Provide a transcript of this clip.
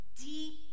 deep